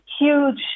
huge